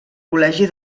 col·legi